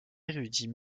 érudits